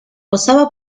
gozaba